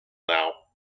now